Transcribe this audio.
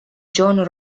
john